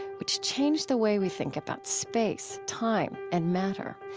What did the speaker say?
which changed the way we think about space, time and matter.